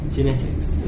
Genetics